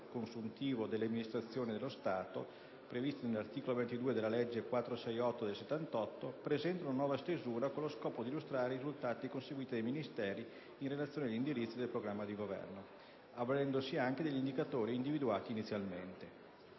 consuntivo delle Amministrazioni dello Stato, previste dall'articolo 22 della legge n. 468 del 1978, presentano una nuova stesura con lo scopo di illustrare i risultati conseguiti dai Ministeri in relazione agli indirizzi del programma di Governo, avvalendosi anche degli indicatori individuati inizialmente.